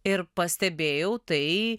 ir pastebėjau tai